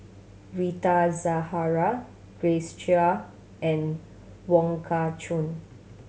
Rita Zahara Grace Chia and Wong Kah Chun